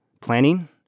planning